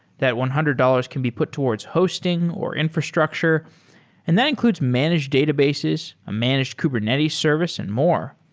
that one hundred dollars can be put towards hosting or infrastructure and that includes managed databases, a managed kubernetes service and more.